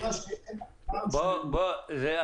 למה שהם עצמם --- פרופ' זיו רייך,